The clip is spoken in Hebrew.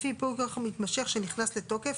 לפי ייפוי כוח מתמשך שנכנס לתוקף,